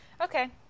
Okay